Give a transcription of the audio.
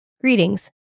Greetings